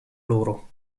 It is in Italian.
loro